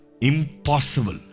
Impossible